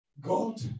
God